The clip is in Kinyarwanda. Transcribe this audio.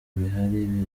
bihari